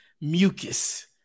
Mucus